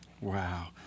Wow